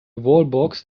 wallbox